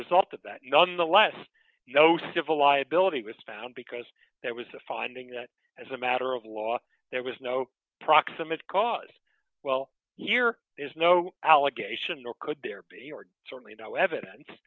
result of that nonetheless you know civil liability respond because there was a finding that as a matter of law there was no proximate cause well you're there's no allegation or could there be certainly no evidence